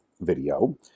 video